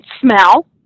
smell